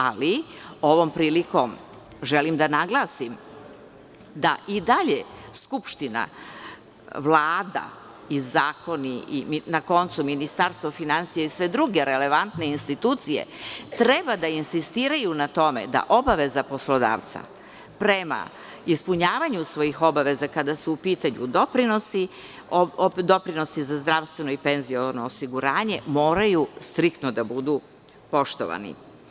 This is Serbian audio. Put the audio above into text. Ali, ovom prilikom želim da naglasim da i dalje Skupština, Vlada i zakoni, Ministarstvo finansija i sve druge relevantne institucije treba da insistiraju na tome da obaveze poslodavca prema ispunjavanju svojih obaveza kada su u pitanju doprinosi za zdravstveno i penziono osiguranje moraju striktno da budu poštovane.